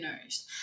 nourished